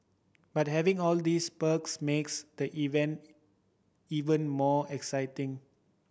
but having all these perks makes the event even more exciting